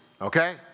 okay